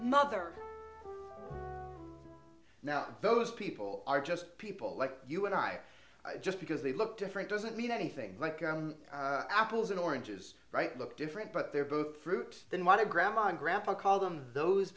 mother now those people are just people like you and i just because they look different doesn't mean anything like apples and oranges right look different but they're both fruit than what a grandma and grandpa call them those